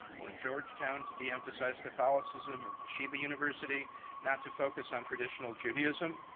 or georgetown to deemphasize catholicism or yoshida university not to focus on traditional judaism?